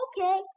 Okay